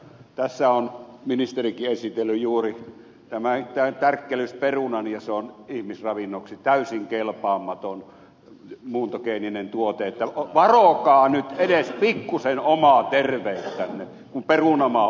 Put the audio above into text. tässä on ministerikin esitellyt juuri tämän tärkkelysperunan ja se on ihmisravinnoksi täysin kelpaamaton muuntogeeninen tuote että varokaa nyt edes pikkuisen omaa terveyttänne kun perunamaan ohi kuljette